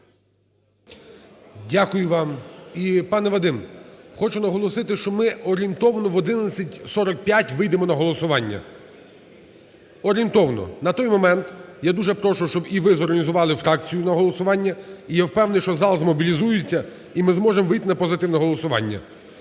Дякую вам. І, пане Вадим, хочу наголосити, що ми орієнтовно в 11:45 вийдемо на голосування, орієнтовно. На той момент я дуже прошу, щоб і ви зорганізували фракцію на голосування. І я впевнений, що зал змобілізується і ми зможемо вийти на позитивне голосування.